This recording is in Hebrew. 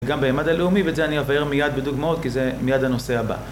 וגם במימד הלאומי, ואת זה אני אבהר מיד בדוגמאות, כי זה מיד הנושא הבא.